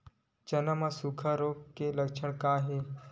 चना म सुखा रोग के लक्षण का हे?